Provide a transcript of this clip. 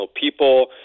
people